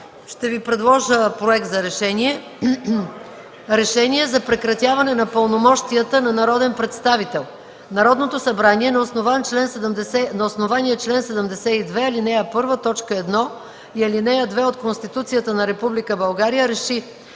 Ще Ви предложа Проект за решение: „РЕШЕНИЕ за прекратяване на пълномощията на народен представител Народното събрание на основание чл. 72, ал. 1, т. 1 и ал. 2 от Конституцията на Република